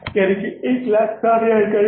160000 इकाइयाँ